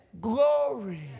glory